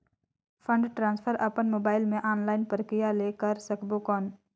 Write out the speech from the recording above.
Fund transfer अपन mobile मे online प्रक्रिया ले कर सकबो कौन?